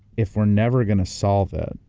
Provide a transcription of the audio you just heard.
if we're never gonna solve it,